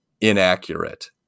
inaccurate